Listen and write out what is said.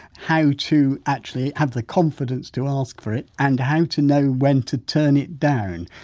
how to actually have the confidence to ask for it and how to know when to turn it down.